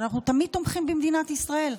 אנחנו תמיד תומכים במדינת ישראל.